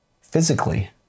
physically